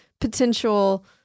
potential